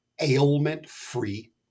ailment-free